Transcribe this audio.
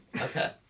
Okay